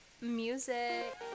music